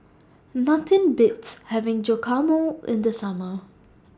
Nothing Beats having Guacamole in The Summer